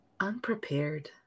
unprepared